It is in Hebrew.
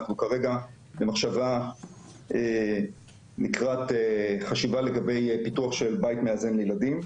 כרגע אנחנו במחשבה לקראת חשיבה לגבי פיתוח של בית מאזן לילדים.